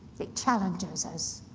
it challenges us.